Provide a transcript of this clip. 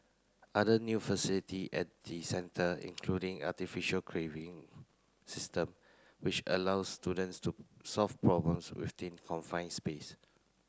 other new facility at the centre including artificial caving system which allow students to solve problems within confined space